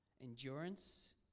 endurance